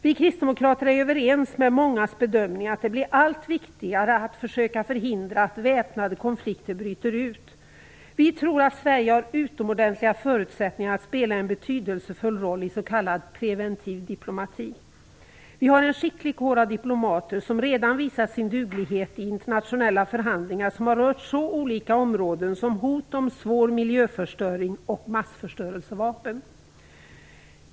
Vi kristdemokrater gör samma bedömning som många andra, nämligen att det blir allt viktigare att försöka förhindra att väpnade konfliker bryter ut. Vi tror att Sverige har utomordentliga förutsättningar att spela en betydelsefull roll i s.k. preventiv diplomati. Vi har en skicklig kår av diplomater som redan visat sin duglighet i internationella förhandlingar som har rört så olika områden som massförstörelsevapen och hot om svår miljöförstöring.